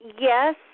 Yes